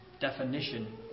definition